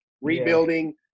rebuilding